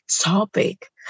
topic